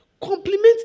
Compliment